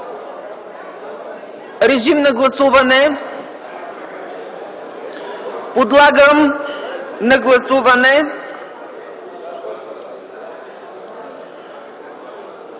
към гласуване. Подлагам на гласуване